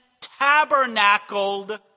tabernacled